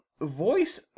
voice